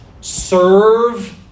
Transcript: serve